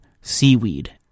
seaweed